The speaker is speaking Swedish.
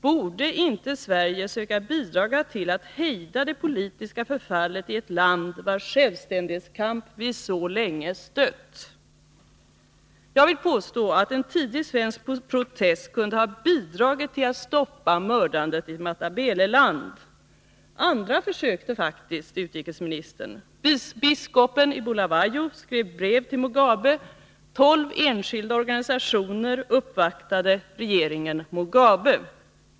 Borde inte Sverige söka bidra till att hejda det politiska förfallet i ett land vars självständighetskamp vi så länge stött? Jag vill påstå att en tidig svensk protest kunde ha bidragit till att stoppa mördandet i Matabeleland. Andra försökte faktiskt, herr utrikesminister. Biskopen i Bulawayo skrev brev till Mugabe. Tolv enskilda organisationer har uppvaktat regeringen Mugabe.